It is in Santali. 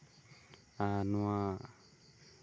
ᱟᱨ ᱱᱚᱣᱟ